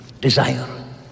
desire